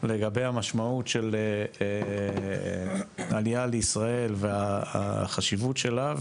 לגבי המשמעות של העלייה לישראל והחשיבות שלה,